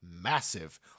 massive